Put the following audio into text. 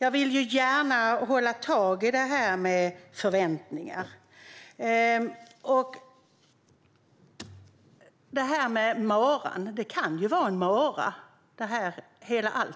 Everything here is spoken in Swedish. Jag vill gärna hålla tag i det här med förväntningar. När det gäller maran kan ju hela alltet